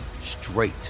straight